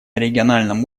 региональном